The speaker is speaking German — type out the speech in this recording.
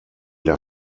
der